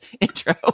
intro